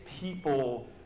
people